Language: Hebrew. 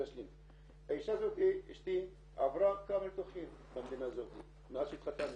אשתי עברה כמה ניתוחים במדינה הזאת מאז שהתחתנו